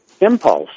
impulse